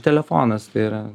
telefonas tai yra